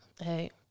hey